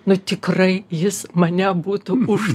nu tikrai jis mane būtų už